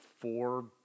four